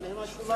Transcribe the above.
אבל הם השוליים.